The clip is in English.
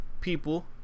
People